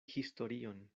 historion